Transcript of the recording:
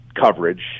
coverage